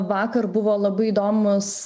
vakar buvo labai įdomus